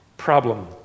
Problem